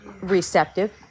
receptive